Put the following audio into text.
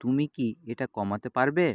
তুমি কি এটা কমাতে পারবে